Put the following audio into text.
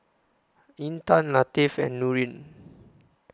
Intan Latif and Nurin